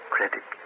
Credit